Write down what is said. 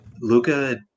Luca